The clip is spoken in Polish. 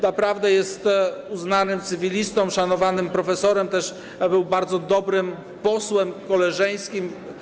Naprawdę jest uznanym cywilistą, szanowanym profesorem, był też bardzo dobrym posłem, koleżeńskim.